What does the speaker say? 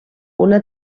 una